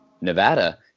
Nevada